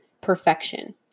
perfection